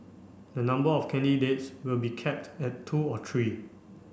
the number of candidates will be capped at two or three